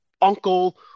uncle